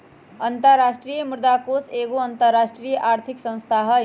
अंतरराष्ट्रीय मुद्रा कोष एगो अंतरराष्ट्रीय आर्थिक संस्था हइ